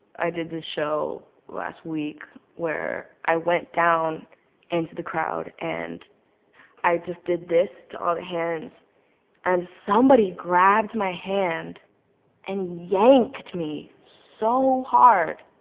i did this show last week where i went down into the crowd and i just did this to all the hands and somebody grabbed my hand and yanked me so hard.